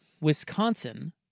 Wisconsin